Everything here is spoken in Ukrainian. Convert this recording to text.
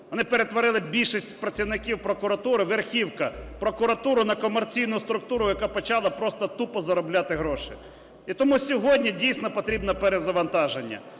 Вони перетворили більшість працівників прокуратури, верхівку прокуратури на комерційну структуру, яка почала просто тупо заробляти гроші. І тому сьогодні дійсно потрібне перезавантаження.